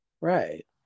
Right